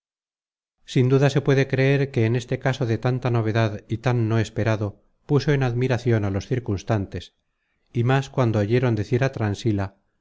sin duda se puede creer que este caso de tanta novedad y tan no esperado puso en admiracion á los circunstantes y más cuando oyeron decir